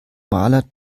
maler